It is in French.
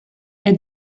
est